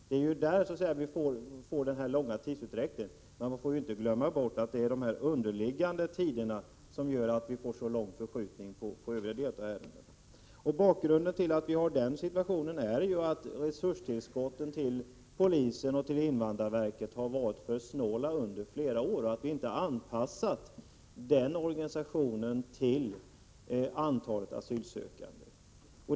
Det är där vi får den långa tidsutdräkten, men man skall inte glömma bort att orsaken till den kraftiga förskjutningen är de här underliggande tiderna. Bakgrunden till situationen är att resurstillskotten till polisen och till invandrarverket har varit för snåla och att vi inte har anpassat organisationen till antalet asylsökande.